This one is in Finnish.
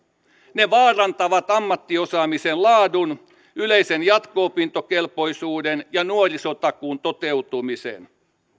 ne vaarantavat ammattiosaamisen laadun yleisen jatko opintokelpoisuuden ja nuorisotakuun toteutumisen